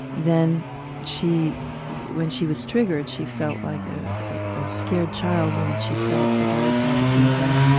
then she when she was triggered, she felt like a scared child and she felt like i was going to kill her.